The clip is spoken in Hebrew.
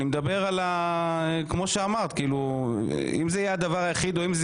אני מדבר על האם זה יהיה הדבר היחיד או אם זה